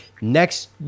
next